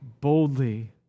boldly